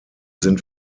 sind